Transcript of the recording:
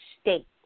state